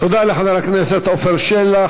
תודה לחבר הכנסת עפר שלח.